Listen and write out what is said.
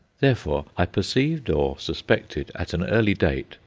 therefore i perceived or suspected, at an early date,